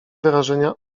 wyrażenia